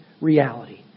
reality